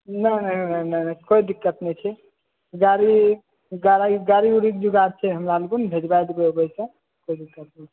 नहि नहि नहि कोइ दिक्कत नहि छै गाड़ी गाड़ी उरीके जुगाड़ छै हमरा लग हम भेजबा देबै ओहिसँ कोइ दिक्कत नहि छै